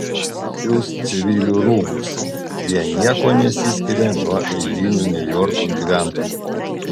siūs civilių rūbus jie niekuo nesiskiria nuo eilinių niujorko gyventojų